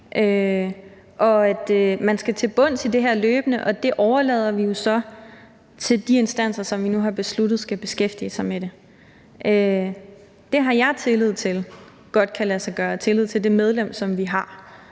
man skal til bunds i det her løbende, og det overlader vi jo så til de instanser, som vi nu har besluttet skal beskæftige sig med det. Det har jeg tillid til godt kan lade sig gøre og tillid til det medlem, som vi har